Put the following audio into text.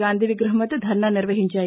గాంధీ విగ్రహం వద్ద ధర్నా నిర్వహించారు